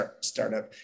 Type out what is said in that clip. startup